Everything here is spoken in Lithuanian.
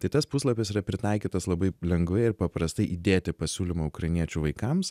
tai tas puslapis yra pritaikytas labai lengvai ir paprastai įdėti pasiūlymą ukrainiečių vaikams